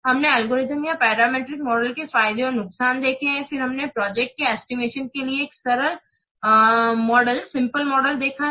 हमने एल्गोरिथम या parametric model के फायदे और नुकसान देखे हैं फिर हमने प्रोजेक्ट के एस्टिमेशन के लिए एक सरल मॉडल देखा है